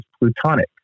plutonic